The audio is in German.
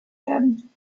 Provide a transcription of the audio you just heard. werden